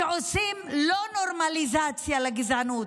שעושים לא נורמליזציה לגזענות,